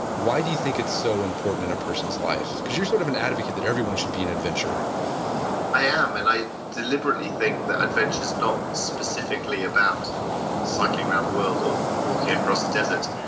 why do you think it's so important in a person's life? because you're sort of an advocate that everyone should be an adventurer i am. and i deliberately think that adventure is not specifically about cycling around the world or walking across the desert.